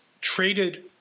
traded